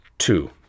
Two